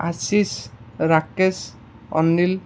Ashish Rakesh Anil